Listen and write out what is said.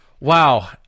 Wow